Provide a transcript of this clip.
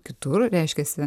kitur reiškiasi